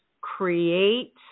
create